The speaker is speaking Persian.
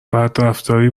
بدرفتاری